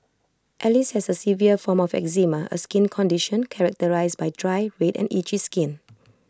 alice has the severe form of eczema A skin condition characterised by dry red and itchy skin